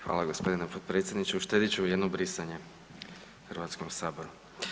Hvala gospodine potpredsjedniče uštedit ću jedno brisanje Hrvatskom saboru.